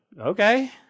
okay